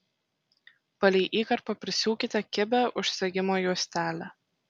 palei įkarpą prisiūkite kibią užsegimo juostelę